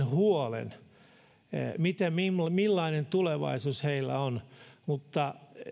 huolen siitä millainen tulevaisuus heillä on mutta